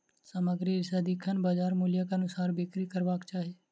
सामग्री सदिखन बजार मूल्यक अनुसार बिक्री करबाक चाही